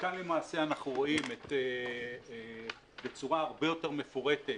כאן למעשה אנחנו רואים בצורה הרבה יותר מפורטת